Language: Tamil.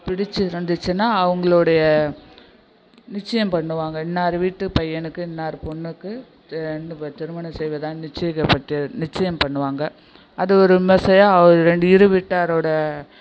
பிடிச்சி இருந்துச்சுன்னா அவங்களுடைய நிச்சயம் பண்ணுவாங்க இன்னார் வீட்டு பையனுக்கு இன்னார் பொண்ணுக்கு ரெண்டு பேர் திருமணம் செய்வதாக நிச்சயிக்கப்பட்டு நிச்சயம் பண்ணுவாங்க அது ஒரு மெசையா அவர் ரெண்டு இரு வீட்டாரோடய